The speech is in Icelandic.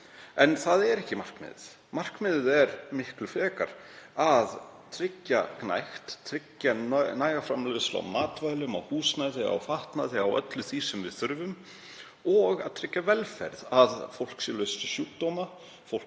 En það er ekki markmiðið. Markmiðið er miklu frekar að tryggja gnægð; tryggja næga framleiðslu á matvælum, á húsnæði, á fatnaði, á öllu því sem við þurfum, og að tryggja velferð; að fólk sé laust við sjúkdóma,